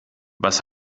was